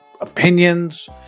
opinions